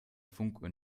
funkuhr